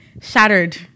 Shattered